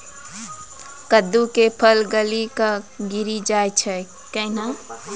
कददु के फल गली कऽ गिरी जाय छै कैने?